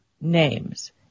names